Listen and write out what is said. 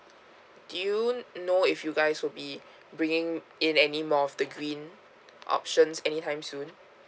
do you know if you guys will be bringing in any more of the green options any time soon